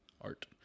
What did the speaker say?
art